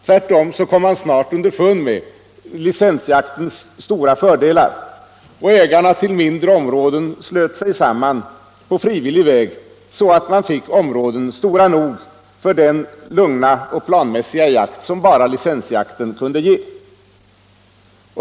Tvärtom kom man snart underfund med licensjaktens stora fördelar, och ägarna till mindre områden slöt sig på frivillig väg samman så att man fick områden stora nog för den lugna och planmässiga jakt som bara licensjakten kunde ge.